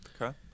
Okay